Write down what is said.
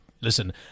listen